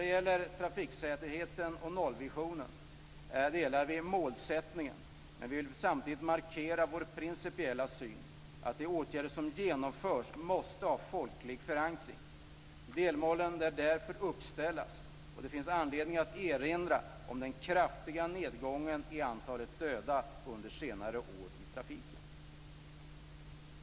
Vad gäller trafiksäkerheten och nollvisionen delar vi målsättningen, men vi vill samtidigt markera vår principiella syn, att de åtgärder som genomförs måste ha folklig förankring. Delmål bör därför uppställas. Det finns också anledning att erinra om den kraftiga nedgången i antalet döda under senare år i trafiken.